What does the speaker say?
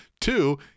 Two